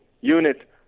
Unit